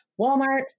Walmart